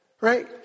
Right